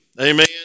amen